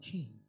King